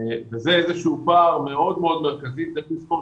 אנחנו עושים פעילות מאוד רחבה של חלוקת סלי מזון למשפחות,